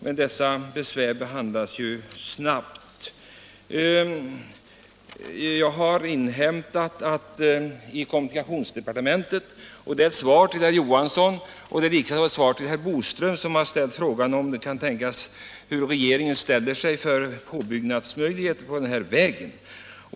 Men dessa besvär behandlas alltså snabbt. Jag har inhämtat från kommunikationsdepartementet — och det är ett svar till herr Johansson och likaledes ett svar till herr Boström, som har frågat hur regeringen ställer sig till påbyggnadsmöjligheter för den här vägen.